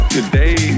Today